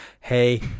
hey